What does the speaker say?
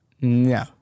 No